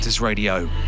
Radio